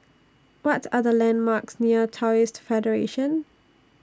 What Are The landmarks near Taoist Federation